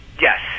Yes